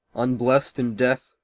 unblest in death,